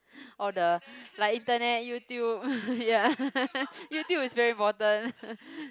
or the like internet YouTube ya YouTube is very important